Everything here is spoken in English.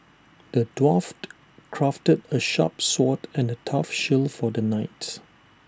the dwarf crafted A sharp sword and A tough shield for the knight